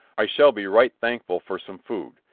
i shall be right thankful for some food,